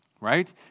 Right